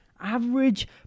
average